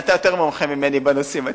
אתה יותר מומחה ממני בנושאים האלה,